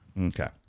okay